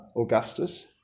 Augustus